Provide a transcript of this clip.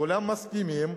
כולם מסכימים,